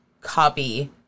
copy